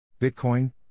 Bitcoin